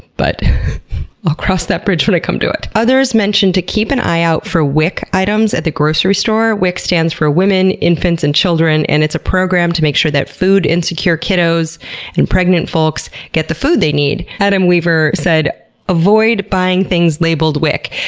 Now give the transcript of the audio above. but i'll cross that bridge when i come to it. others mentioned to keep an eye out for wic items at the grocery store. wic stands for women, infants and children and it's a program to make sure that food insecure kiddos and pregnant folks get the food they need. adam weaver said avoid buying things labelled wic.